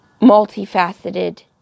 multifaceted